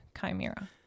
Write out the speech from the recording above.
chimera